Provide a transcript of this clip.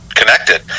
connected